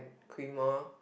creamer